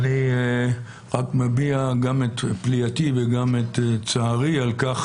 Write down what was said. אני מביע גם את פליאתי וגם את צערי על כך